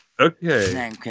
Okay